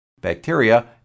bacteria